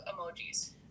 emojis